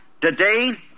today